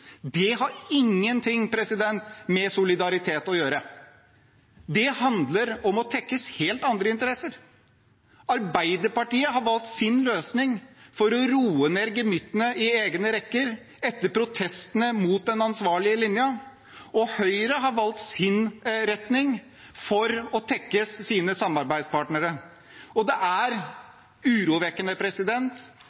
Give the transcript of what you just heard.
har ingenting med solidaritet å gjøre. Det handler om å tekkes helt andre interesser. Arbeiderpartiet har valgt sin løsning for å roe ned gemyttene i egne rekker etter protestene mot den ansvarlige linjen, og Høyre har valgt sin retning for å tekkes sine samarbeidspartnere. Det er